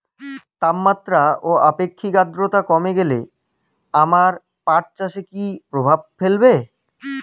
তাপমাত্রা ও আপেক্ষিক আদ্রর্তা কমে গেলে আমার পাট চাষে কী প্রভাব ফেলবে?